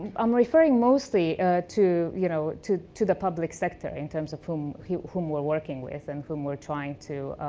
i'm referring mostly to you know to to the public sector in terms of whom whom we're working with and whom we're trying to